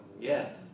Yes